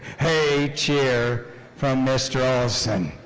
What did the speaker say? hey cheer from mr. olson.